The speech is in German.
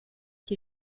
die